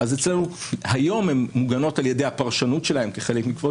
אצלנו היום הן מוגנות על ידי הפרשנות שלהן כחלק מכבוד